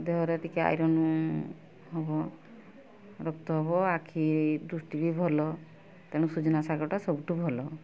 ଦେହରେ ଟିକେ ଆଇରନ୍ ହବ ରକ୍ତ ହବ ଆଖି ଦୃଷ୍ଟି ବି ଭଲ ତେଣୁ ସୁଜୁନା ଶାଗଟା ସବୁଠୁ ଭଲ